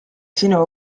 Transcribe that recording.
sinu